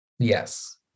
Yes